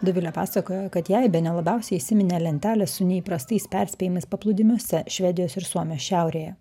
dovilė pasakojo kad jai bene labiausiai įsiminė lentelė su neįprastais perspėjimais paplūdimiuose švedijos ir suomijos šiaurėje